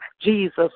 Jesus